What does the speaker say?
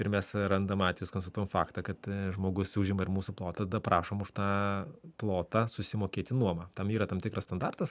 ir mes randam atvejus konstatuojam faktą kad žmogus užima ir mūsų plotą prašom už tą plotą susimokėti nuomą tam yra tam tikras standartas